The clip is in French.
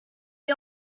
est